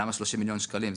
למה 30 מיליון שקלים?